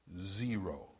Zero